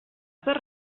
zerk